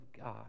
God